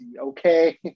okay